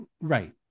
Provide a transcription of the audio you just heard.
Right